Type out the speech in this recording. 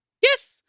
Yes